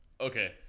okay